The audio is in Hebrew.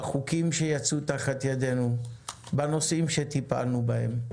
בחוקים שיצאו תחת ידינו, בנושאים שטיפלנו בהם,